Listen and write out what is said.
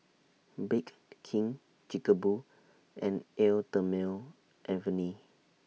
Bake King Chic Boo and Eau Thermale Avene